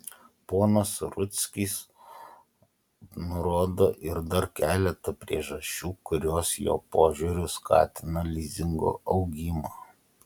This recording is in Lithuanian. ponas rudzkis nurodo ir dar keletą priežasčių kurios jo požiūriu skatina lizingo augimą